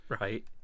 Right